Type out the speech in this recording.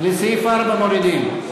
לסעיף 4, מורידים.